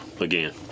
again